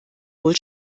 wohl